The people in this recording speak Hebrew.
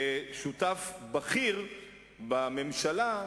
כשותף בכיר בממשלה,